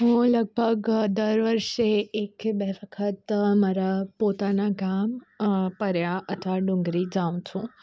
હું લગભગ દર વર્ષે એક કે બે વખત મારા પોતાનાં ગામ પરયા અથવા ડુંગરી જાઉં છું